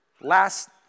Last